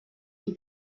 qui